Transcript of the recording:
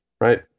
right